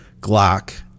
Glock